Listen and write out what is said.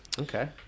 Okay